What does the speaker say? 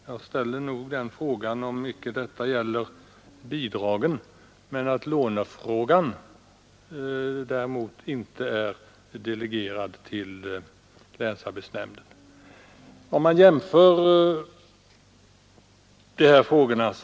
Jag ställer frågan om inte detta gäller bidragen, medan lånefrågan däremot inte är delegerad till länsarbetsnämnderna.